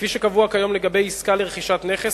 כפי שקבוע כיום לגבי עסקה לרכישת נכס,